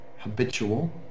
habitual